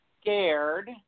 scared